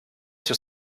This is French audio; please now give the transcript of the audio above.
sur